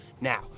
Now